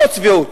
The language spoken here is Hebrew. זאת צביעות,